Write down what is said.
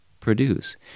produce